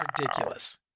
ridiculous